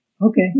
Okay